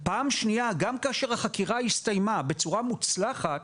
פעם שנייה גם כאשר החקירה הסתיימה בצורה מוצלחת,